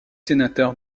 sénateur